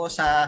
sa